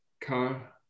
car